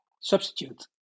substitute